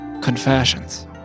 confessions